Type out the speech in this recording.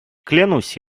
клянусь